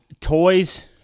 Toys